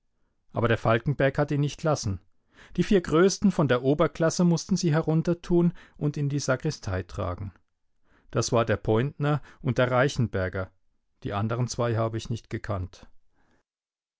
aber der falkenberg hat ihn nicht lassen die vier größten von der oberklasse mußten sie heruntertun und in die sakristei tragen das war der pointner und der reichenberger die andern zwei habe ich nicht gekannt